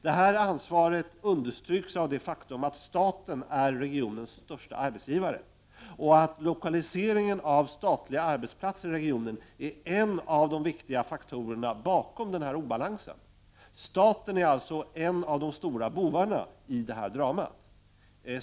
Det ansvaret understryks av det faktum att staten är regionens största arbetsgivare. Lokaliseringen av de statliga arbetsplatserna i regionen är en av de viktiga faktorerna bakom denna obalans. Staten är alltså en av de stora bovarna i dramat.